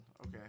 Okay